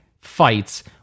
fights